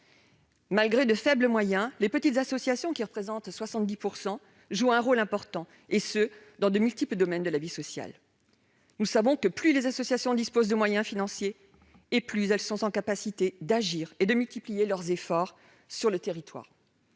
Malgré de faibles moyens, les petites associations, qui représentent 70 % de l'ensemble, jouent un rôle important dans de multiples domaines de la vie sociale. Nous le savons : plus les associations disposent de moyens financiers, plus elles sont en capacité d'agir et de multiplier leurs efforts sur le territoire.